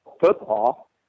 football